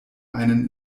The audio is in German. einen